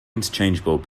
interchangeable